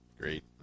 Great